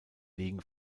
liegen